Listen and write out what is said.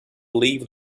believe